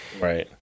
Right